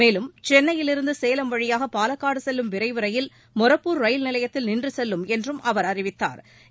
மேலும் சென்னையிலிருந்து சேலம் வழியாக பாலக்காடு செல்லும் விரைவு ரயில் மொரப்பூர் ரயில் நிலையத்தில் நின்றுச் செல்லும் என்றும் அவா் அறிவித்தாா்